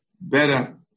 Better